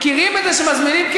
מכירים את זה שמזמינים?